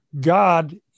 God